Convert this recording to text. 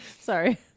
Sorry